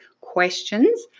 questions